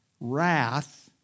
wrath